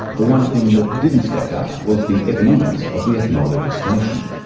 the one thing that didn't stack up was the economics of the ethanol legislation.